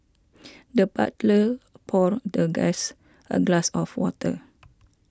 the butler poured the guest a glass of water